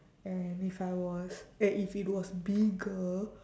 and if I was eh if it was bigger